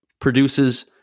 produces